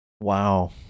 Wow